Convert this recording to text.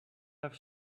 have